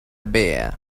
bear